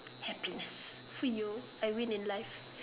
happiness !fuyoh! I win in life